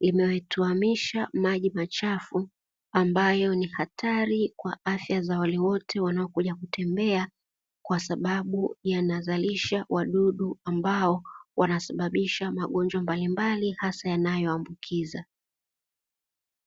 linalotuamisha maji machafu ambayo ni hatari kwa afya ya wale wote wanaokuja kutembea, kwa sababu yanazalisha wadudu ambao wanasababisha magonjwa mbalimbali, hasa yanayoambukiza.